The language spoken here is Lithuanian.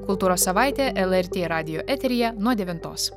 kultūros savaitė lrt radijo eteryje nuo devintos